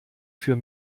für